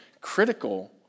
critical